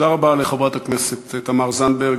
תודה רבה לחברת הכנסת תמר זנדברג.